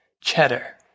cheddar